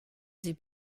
sie